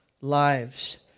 lives